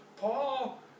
paul